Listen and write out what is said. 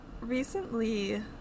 recently